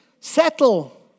settle